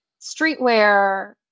streetwear